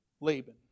Laban